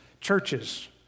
churches